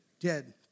dead